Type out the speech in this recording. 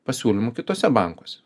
pasiūlymų kituose bankuose